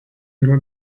yra